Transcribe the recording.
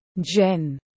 Jen